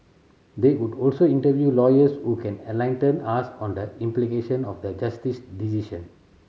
they would also interview lawyers who can enlighten us on the implication of the Justice decision